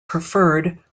preferred